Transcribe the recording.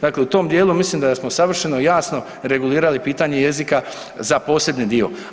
Dakle, u tom dijelu mislim da smo savršeno jasno regulirali pitanje jezika za posebni dio.